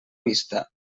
vista